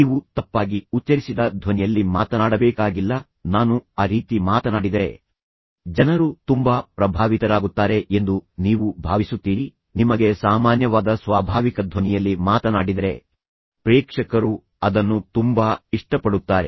ನೀವು ತಪ್ಪಾಗಿ ಉಚ್ಚರಿಸಿದ ಧ್ವನಿಯಲ್ಲಿ ಮಾತನಾಡಬೇಕಾಗಿಲ್ಲ ನಾನು ಆ ರೀತಿ ಮಾತನಾಡಿದರೆ ಜನರು ತುಂಬಾ ಪ್ರಭಾವಿತರಾಗುತ್ತಾರೆ ಎಂದು ನೀವು ಭಾವಿಸುತ್ತೀರಿ ನಿಮಗೆ ಸಾಮಾನ್ಯವಾದ ಸ್ವಾಭಾವಿಕ ಧ್ವನಿಯಲ್ಲಿ ಮಾತನಾಡಿದರೆ ಪ್ರೇಕ್ಷಕರು ಅದನ್ನು ತುಂಬಾ ಇಷ್ಟಪಡುತ್ತಾರೆ